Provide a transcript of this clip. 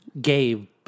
Gabe